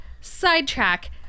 Sidetrack